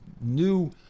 new